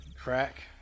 crack